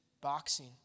boxing